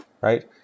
right